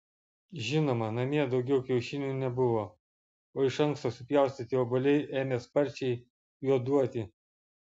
žinoma namie daugiau kiaušinių nebuvo o iš anksto supjaustyti obuoliai ėmė sparčiai juoduoti